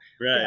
right